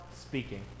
speaking